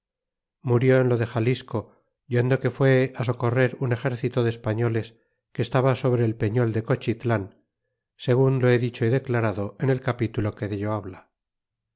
murió en lo de xatisco yendo que fué á socorrer un exército de españoles que estaba sobre el peño de cochitlan segun lo he dicho y declarado en el capitulo que dello habla